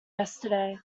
yesterday